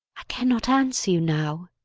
i cannot answer you now.